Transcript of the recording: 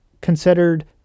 considered